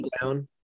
down